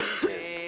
כן.